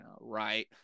right